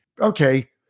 okay